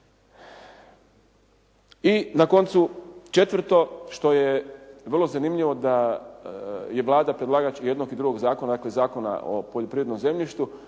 I na koncu, četvrto, što je vrlo zanimljivo da je Vlada predlagač i jednog i drugog zakona, dakle Zakona o poljoprivrednom zemljištu